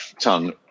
tongue